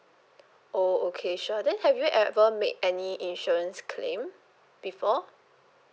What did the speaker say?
oh okay sure then have you ever make any insurance claim before